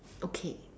okay